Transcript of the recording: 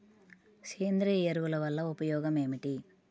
సేంద్రీయ ఎరువుల వల్ల ఉపయోగమేమిటీ?